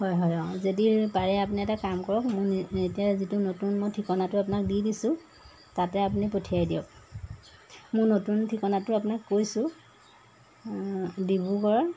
হয় হয় অঁ যদি পাৰে আপুনি এটা কাম কৰক মোৰ এতিয়া যিটো নতুন মই ঠিকনাটো আপোনাক দি দিছোঁ তাতে আপুনি পঠিয়াই দিয়ক মোৰ নতুন ঠিকনাটো আপোনাক কৈছোঁ ডিব্ৰুগড়ৰ